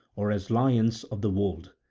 or as lions of the wold,